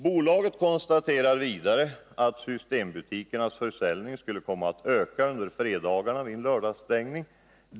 Bolaget konstaterar vidare att systembutikernas försäljning skulle komma att öka under fredagarna vid en lördagsstängning.